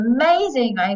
amazing